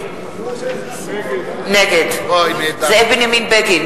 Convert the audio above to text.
נגד זאב בנימין בגין,